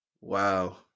Wow